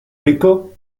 rico